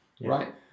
right